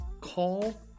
call